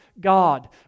God